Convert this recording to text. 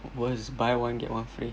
worst buy one get one free